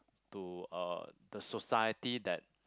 to uh the society that